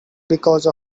because